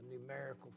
numerical